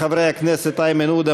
חברי הכנסת איימן עודה,